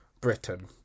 Britain